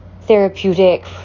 therapeutic